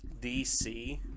DC